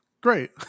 Great